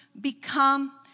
become